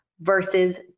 versus